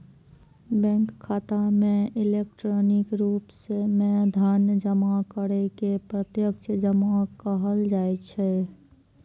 bank खाता मे electronic रूप मे धन जमा करै के प्रत्यक्ष जमा कहल जाइ छै